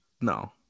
No